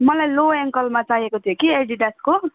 मलाई लो एङ्कलमा चाहिएको थियो कि एडिडासको